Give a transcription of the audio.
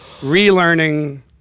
relearning